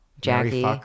jackie